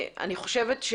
אני חושבת.